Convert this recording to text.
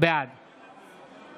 בעד